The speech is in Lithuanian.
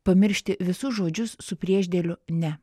pamiršti visus žodžius su priešdėliu ne